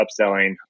upselling